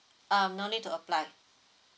um no need to apply